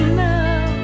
now